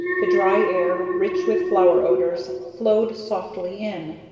the dry air, rich with flower odors, flowed softly in,